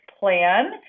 plan